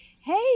hey